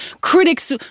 critics